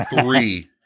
three